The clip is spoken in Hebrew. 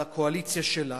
על הקואליציה שלה,